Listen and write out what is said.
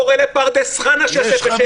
לפרדס חנה שיושב בשקט?